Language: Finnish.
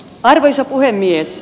arvoisa puhemies